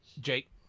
jake